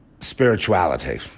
spirituality